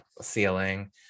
ceiling